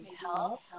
help